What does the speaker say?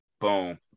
Boom